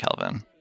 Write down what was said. Kelvin